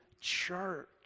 church